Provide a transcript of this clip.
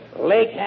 Lake